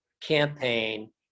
campaign